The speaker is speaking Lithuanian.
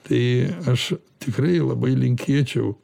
tai aš tikrai labai linkėčiau